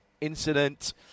incident